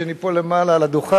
שאני פה למעלה על הדוכן,